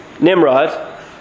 Nimrod